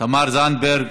תמר זנדברג,